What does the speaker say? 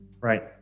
Right